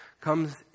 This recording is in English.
comes